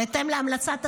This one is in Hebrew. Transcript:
בהתאם להמלצת השר,